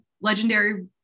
legendary